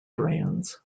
brands